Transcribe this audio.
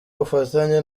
ubufatanye